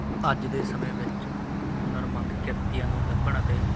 ਅੱਜ ਦੇ ਸਮੇਂ ਵਿੱਚ ਹੁਨਰਮੰਦ ਕਿਰਤੀਆਂ ਨੂੰ ਲੱਭਣ ਅਤੇ